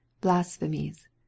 blasphemies